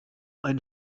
ein